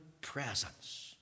presence